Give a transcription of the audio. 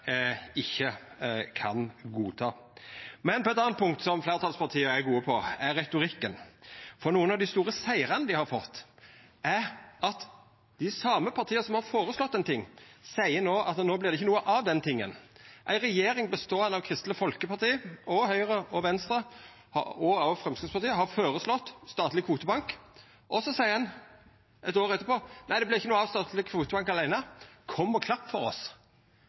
ikkje kan godta. Eit anna punkt fleirtalspartia er gode på, er retorikken. For nokre av dei store sigrane dei har fått, er at dei same partia som har føreslått noko, no seier at det ikkje vert noko av det forslaget. Ei regjering samansett av Kristeleg Folkeparti, Høgre, Venstre og Framstegspartiet føreslo statleg kvotebank. Og så seier ein eitt år etterpå: Nei, det vert ikkje noko av statleg kvotebank – kom og klapp for oss.